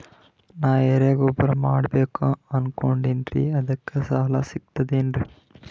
ನಾ ಎರಿಗೊಬ್ಬರ ಮಾಡಬೇಕು ಅನಕೊಂಡಿನ್ರಿ ಅದಕ ಸಾಲಾ ಸಿಗ್ತದೇನ್ರಿ?